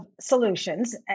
solutions